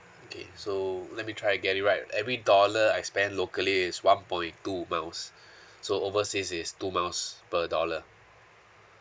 okay so let me try and get it right every dollar I spend locally it's one point two miles so overseas is two miles per dollar